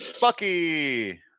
Bucky